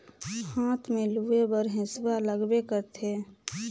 हाथ में लूए बर हेसुवा लगबे करथे